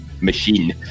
machine